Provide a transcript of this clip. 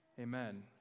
Amen